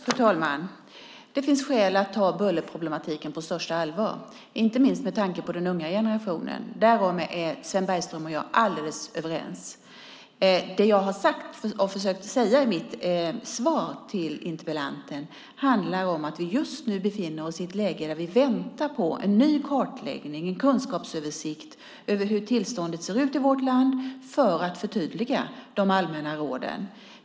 Fru talman! Det finns skäl att ta bullerproblematiken på största allvar, inte minst med tanke på den unga generationen. Därom är Sven Bergström och jag alldeles överens. Det jag försökte säga i mitt svar till interpellanten handlar om att vi just nu befinner oss i ett läge där vi väntar på en ny kartläggning, en kunskapsöversikt, av hur tillståndet ser ut i vårt land för att kunna förtydliga de allmänna råden.